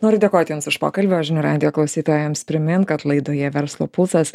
noriu dėkot jums už pokalbį o žinių radijo klausytojams primint kad laidoje verslo pulsas